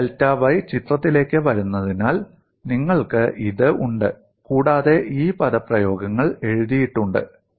i delta y ചിത്രത്തിലേക്ക് വരുന്നതിനാൽ നിങ്ങൾക്ക് ഇത് ഉണ്ട് കൂടാതെ ഈ പദപ്രയോഗങ്ങൾ എഴുതിയിട്ടുണ്ട്